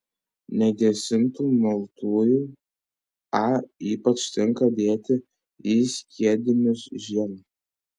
negesintų maltųjų a ypač tinka dėti į skiedinius žiemą